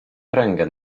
pręgę